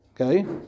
Okay